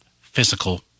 physical